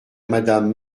madame